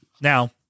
Now